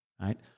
Right